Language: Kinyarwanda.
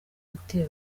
gutera